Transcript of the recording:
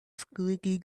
squeaky